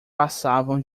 passavam